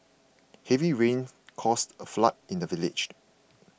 heavy rains caused a flood in the village